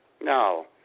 No